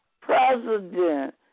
president